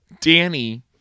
Danny